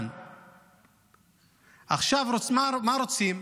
עכשיו מה רוצים?